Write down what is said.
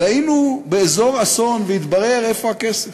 והיינו באזור אסון והתברר איפה הכסף.